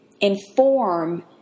inform